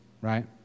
right